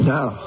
Now